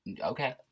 Okay